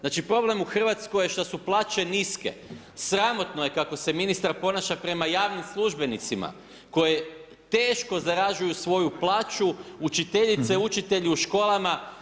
Znači, problem u RH je što su plaće niske, sramotno je kako se ministar ponaša prema javnim službenicima koji teško zarađuju svoju plaću, učiteljice i učitelji u školama.